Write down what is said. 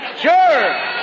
Sure